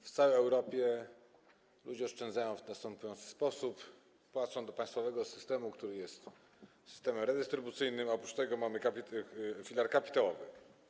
W całej Europie ludzie oszczędzają w następujący sposób: wpłacają do państwowego systemu, który jest systemem redystrybucyjnym, a oprócz tego mamy filar kapitałowy.